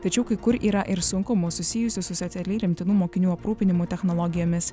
tačiau kai kur yra ir sunkumų susijusių su socialiai remtinų mokinių aprūpinimu technologijomis